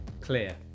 Clear